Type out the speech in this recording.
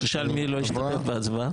תשאל מי לא השתתף בהצבעה.